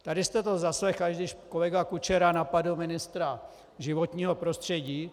Tady jste to zaslechl, až když kolega Kučera napadl ministra životního prostředí.